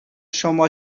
شما